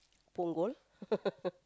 Punggol